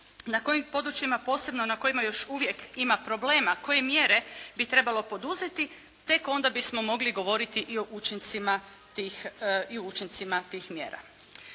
na kojim područjima posebno na kojima još uvijek ima problema, koje mjere bi trebalo poduzeti tek onda bismo mogli govoriti i o učincima tih,